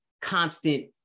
constant